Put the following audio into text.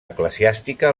eclesiàstica